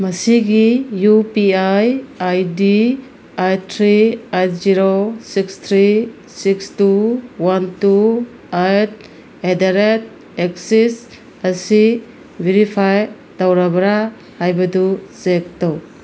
ꯃꯁꯤꯒꯤ U P I I D eight three eight zero six three six two one two eight at the rate Axis ꯑꯁꯤ verify ꯇꯧꯔꯕ꯭ꯔꯥ ꯍꯥꯏꯕꯗꯨ check ꯇꯧ